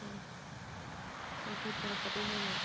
ꯑꯥ ꯀꯔꯤ ꯀꯔꯤ ꯄꯨꯔꯛꯀꯗꯣꯏꯅꯣ ꯅꯪ